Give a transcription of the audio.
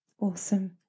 awesome